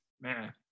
man